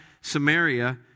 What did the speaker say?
Samaria